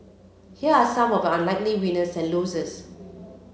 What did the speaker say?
here are some of unlikely winners and losers